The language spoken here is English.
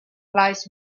lies